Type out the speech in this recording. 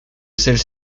celles